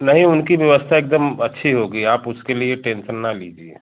नहीं उनकी व्यवस्था एकदम अच्छी होगी आप उसके लिए टेंशन ना लीजिए